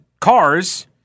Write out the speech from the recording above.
cars